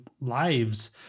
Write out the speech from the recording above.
lives